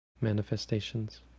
manifestations